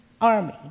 Army